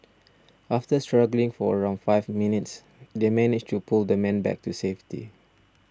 after struggling for around five minutes they managed to pull the man back to safety